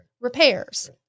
repairs